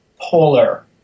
polar